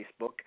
Facebook